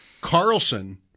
Carlson